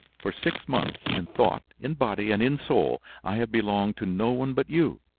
for six months, in thought, in body, and in soul, i have belonged to no one but you.